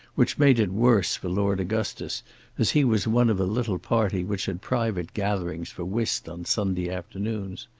which made it worse for lord augustus as he was one of a little party which had private gatherings for whist on sunday afternoons.